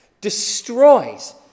destroys